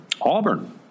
Auburn